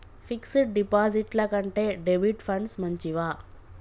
Fix డ్ డిపాజిట్ల కంటే డెబిట్ ఫండ్స్ మంచివా?